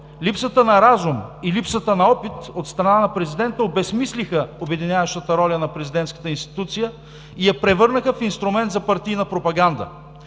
липсата на разум и липсата на опит от страна на президента обезсмислиха обединяващата роля на президентската институция и я превърнаха в инструмент за партийна пропаганда.